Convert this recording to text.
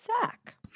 sack